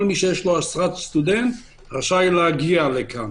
כל מי שיש לו אשראי סטודנט, רשאי להגיע לכאן,